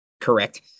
correct